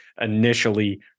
initially